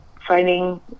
finding